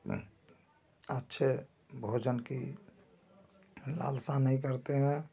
अच्छे भोजन की लालसा नहीं करते हैं